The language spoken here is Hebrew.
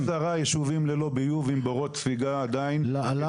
עשרה ישובים ללא ביוב עם בורות ספיגה --- למה?